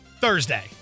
Thursday